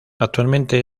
actualmente